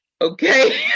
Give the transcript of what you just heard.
okay